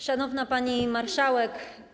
Szanowna Pani Marszałek!